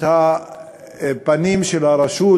את הפנים של הרשות,